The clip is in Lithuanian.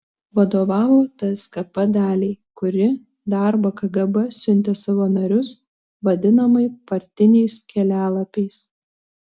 vadovavo tskp daliai kuri darbą kgb siuntė savo narius vadinamai partiniais kelialapiais